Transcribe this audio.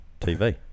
TV